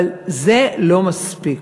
אבל זה לא מספיק.